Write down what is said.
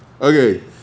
Okay